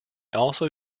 also